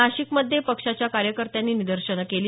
नाशिकमध्ये पक्षाच्या कार्यकर्त्यांनी निदर्शनं केली